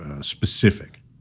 specific